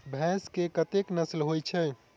भैंस केँ कतेक नस्ल होइ छै?